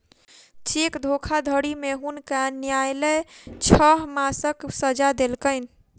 cheque धोखाधड़ी में हुनका न्यायलय छह मासक सजा देलकैन